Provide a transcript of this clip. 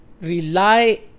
rely